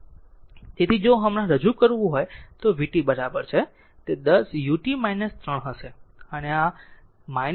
તેથી જો હમણાં રજૂ કરવું તો v t બરાબર છે તે 10 ut 3 હશે